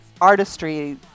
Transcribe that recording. artistry